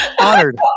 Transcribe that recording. Honored